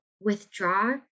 withdraw